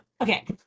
okay